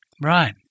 Right